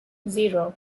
zero